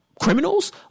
criminals